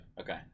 Okay